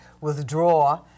withdraw